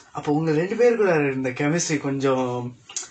அப்போ உங்க இரண்டு பேருக்கும்:appoo ungka irandu peerukkum chemistry கொஞ்சம்:konjsam